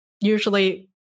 usually